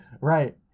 right